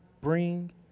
bring